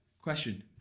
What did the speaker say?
question